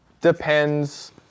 depends